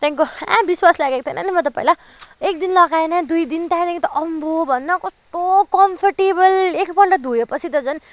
त्यहाँदेखिको ए विश्वास लागेको थिएन नि त पहिला एकदिन लगाए होइन दुई दिन त्यहाँदेखिको आम्भो भन न कस्तो कम्फर्टेबल एकपल्ट धोएपछि त झन